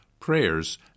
prayers